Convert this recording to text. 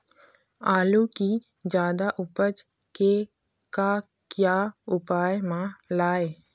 आलू कि जादा उपज के का क्या उपयोग म लाए?